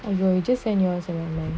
or george's nus and ramen